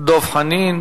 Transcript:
דב חנין,